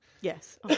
Yes